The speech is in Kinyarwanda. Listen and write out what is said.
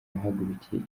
yahagurukiye